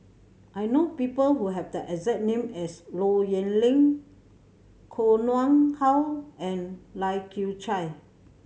I know people who have the exact name as Low Yen Ling Koh Nguang How and Lai Kew Chai